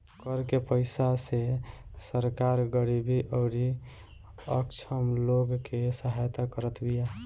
कर के पईसा से सरकार गरीबी अउरी अक्षम लोग के सहायता करत बिया